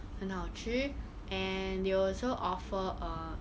很好吃 and they also offer err